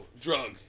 drug